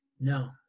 no